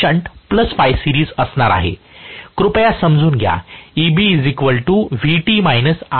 कृपया समजून घ्या